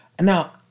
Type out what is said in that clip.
Now